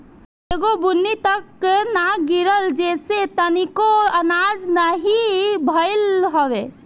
एगो बुन्नी तक ना गिरल जेसे तनिको आनाज नाही भइल हवे